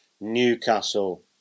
Newcastle